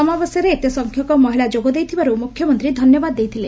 ସମାବେଶରେ ଏତେ ସଂଖ୍ୟକ ମହିଳା ଯୋଗଦେଇଥିବାରୁ ମୁଖ୍ୟମନ୍ତୀ ଧନ୍ୟବାଦ ଦେଇଥିଲେ